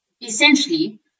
essentially